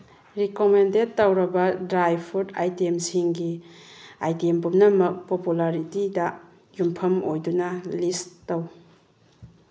recommended ꯇꯧꯔꯕ dry fruit ꯑꯥꯏꯇꯦꯝꯁꯤꯡꯒꯤ item ꯄꯨꯝꯅꯃꯛ ꯄꯣꯄꯨꯂꯥꯔꯤꯇꯤꯗ ꯌꯨꯝꯐꯝ ꯑꯣꯏꯗꯨꯅ ꯂꯤꯁ ꯇꯧ